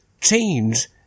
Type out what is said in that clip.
change